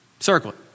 Circle